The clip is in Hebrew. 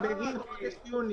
התשלומים הם בגין חודש יוני.